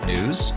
News